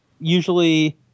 usually